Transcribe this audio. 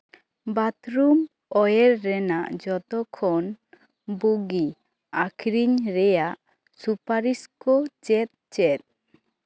bathroom ᱳᱭᱮᱨ ᱨᱮᱱᱟᱜ ᱡᱚᱛᱚ ᱠᱷᱚᱱ ᱵᱩᱜᱤ ᱟᱹᱠᱷᱨᱤᱧ ᱨᱮᱭᱟᱜ ᱥᱩᱯᱟᱨᱤᱥ ᱠᱚ ᱪᱮᱫ ᱪᱮᱫ